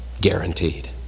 guaranteed